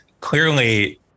clearly